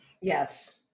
Yes